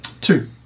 Two